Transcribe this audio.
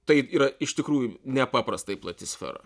taip yra iš tikrųjų nepaprastai plati sfera